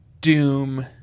Doom